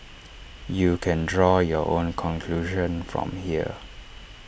you can draw your own conclusion from here